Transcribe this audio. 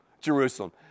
Jerusalem